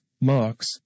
marks